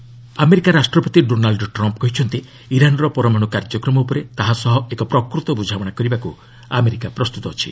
Trump Iran America ରାଷ୍ଟ୍ରପତି Donald Trump କହିଛନ୍ତି ଇରାନର ପରମାଣୁ କାର୍ଯ୍ୟକ୍ରମ ଉପରେ ତାହା ସହ ଏକ ପ୍ରକୃତ ବୁଝାମଣା କରିବାକୁ ଆମେରିକା ପ୍ରସ୍ତୁତ ଅଛି